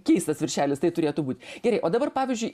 keistas viršelis tai turėtų būt gerai o dabar pavyzdžiui